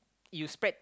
you spread